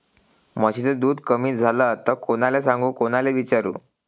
म्हशीचं दूध कमी झालं त कोनाले सांगू कोनाले विचारू?